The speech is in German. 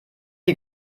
die